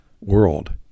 world